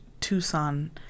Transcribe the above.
Tucson